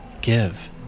give